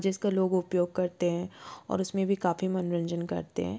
जिसका लोग उपयोग करते हैं और उसमें भी काफ़ी मनोरंजन करते हैं